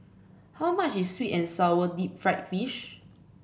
how much is sweet and sour Deep Fried Fish